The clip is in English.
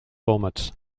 formats